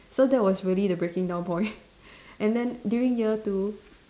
so that was really the breaking down point and then during year two